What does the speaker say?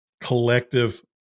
collective